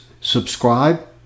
subscribe